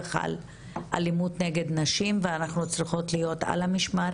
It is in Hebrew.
על אלימות נגד נשים ואנחנו צריכות להיות על המשמר